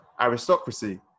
aristocracy